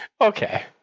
Okay